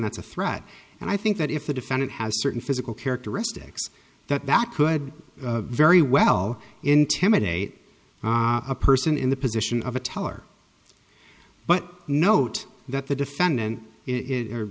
a threat and i think that if the defendant has certain physical characteristics that that could very well intimidate a person in the position of a teller but note that the defendant i